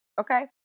Okay